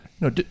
No